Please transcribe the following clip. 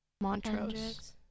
Montrose